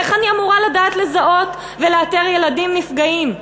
איך אני אמורה לזהות ולאתר ילדים נפגעים?